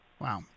Wow